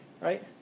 Right